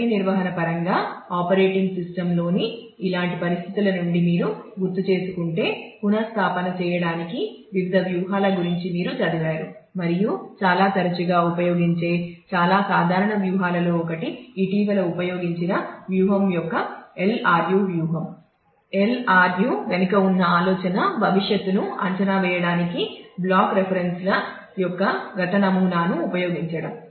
memory నిర్వహణ పరంగా operating system యొక్క గత నమూనాను ఉపయోగించడం